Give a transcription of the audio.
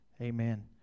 amen